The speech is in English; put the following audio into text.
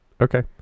okay